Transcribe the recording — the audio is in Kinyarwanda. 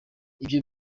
ibi